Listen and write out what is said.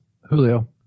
Julio